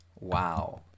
Wow